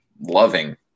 loving